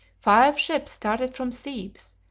five ships started from thebes,